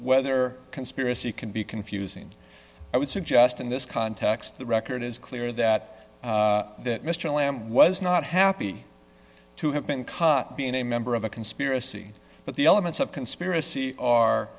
whether conspiracy can be confusing i would suggest in this context the record is clear that that mr lamb was not happy to have been caught being a member of a conspiracy but the elements of conspiracy